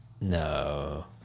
no